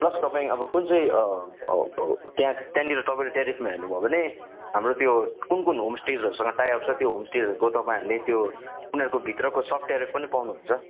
plus तपाईँ अब कुन चाहिँ त्यहाँ त्यहाँनिर तपाईँले टेरिफमा हेर्नुभयोे भने हाम्रो त्यो कुन कुन होमस्टेसहरूसँग टाइअप छ त्यो होमस्टेहरूको तपाईँहरूले त्यो उनीहरूको भित्रको सब टेरिफ पनि पाउनुहुन्छ